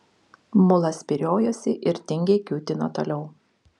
mulas spyriojosi ir tingiai kiūtino toliau